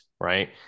right